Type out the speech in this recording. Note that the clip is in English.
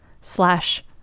slash